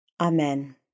Amen